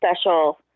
special